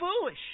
foolish